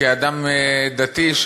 כאדם דתי,